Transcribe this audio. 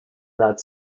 that